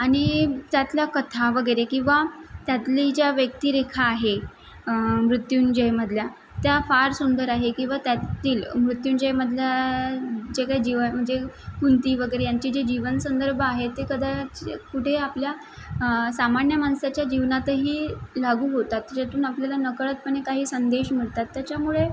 आणि त्यातल्या कथा वगैरे किंवा त्यातली ज्या व्यक्तिरेखा आहे मृत्युंजयमधल्या त्या फार सुंदर आहे किंवा त्यातील मृत्युंजयमधल्या जे काही जीव म्हणजे कुंती वगैरे यांची जी जीवनसंदर्भ आहे ते कद कुठे आपल्या सामान्य माणसाच्या जीवनातही लागू होतात ज्यातून आपल्याला नकळतपणे काही संदेश मिळतात त्याच्यामुळे